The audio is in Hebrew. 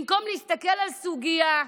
במקום להסתכל על סוגיה,